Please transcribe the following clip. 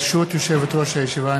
ברשות יושבת-ראש הישיבה,